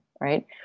right